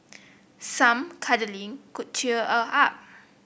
some cuddling could cheer her up